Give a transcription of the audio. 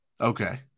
Okay